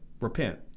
repent